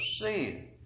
sin